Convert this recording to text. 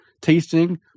tasting